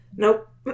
Nope